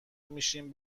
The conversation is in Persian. میشیم